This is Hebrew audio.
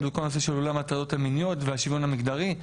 בכל הנושא של עולם ההטרדות המיניות והשוויון המגדרי.